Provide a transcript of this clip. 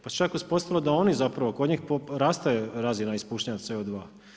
Pa se čak uspostavilo da oni zapravo, kod njih raste razina ispuštanja CO2.